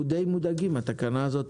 אנחנו די מודאגים, התקנה הזאת